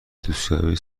دوستیابی